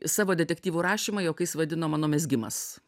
savo detektyvų rašymą juokais vadino mano mezgimas